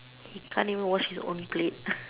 he can't even wash his own plate